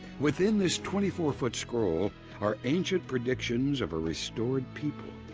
within this twenty four foot scroll are ancient predictions of a restored people,